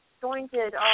jointed